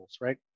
right